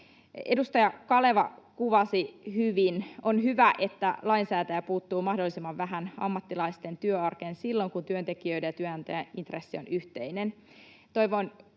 Edustaja Kaleva kuvasi hyvin sitä, että on hyvä, että lainsäätäjä puuttuu mahdollisimman vähän ammattilaisten työarkeen silloin, kun työntekijöiden ja työnantajan intressi on yhteinen. Toivon,